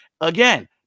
again